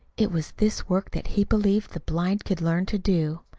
it was this work that he believed the blind could learn to do.